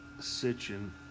Sitchin